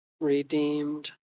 redeemed